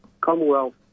Commonwealth